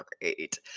Great